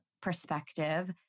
perspective